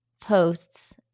posts